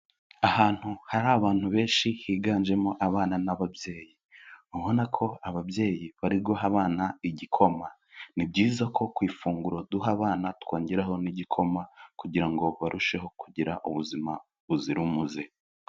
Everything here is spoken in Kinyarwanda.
Ahantu hari abantu benshi higanjemo abana n'ababyeyi. Ubona ko ababyeyi bari guha abana igikoma. Ni byiza ko ku ifunguro duha abana twongeraho n'igikoma kugira ngo barusheho kugira ubuzima buzira umuze.